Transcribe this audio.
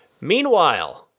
Meanwhile